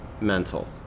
mental